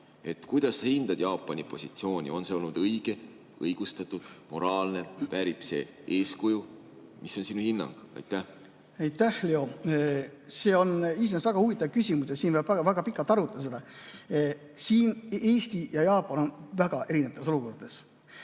Kuidas sa hindad Jaapani positsiooni? On see olnud õige, õigustatud, moraalne? Väärib see eeskuju? Mis on sinu hinnang? Aitäh, Leo! See on iseenesest väga huvitav küsimus ja siin võib seda väga pikalt arutada. Eesti ja Jaapan on väga erinevates olukordades.